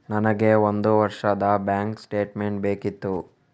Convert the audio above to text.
ನನಗೆ ಒಂದು ವರ್ಷದ ಬ್ಯಾಂಕ್ ಸ್ಟೇಟ್ಮೆಂಟ್ ಬೇಕಿತ್ತು